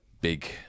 big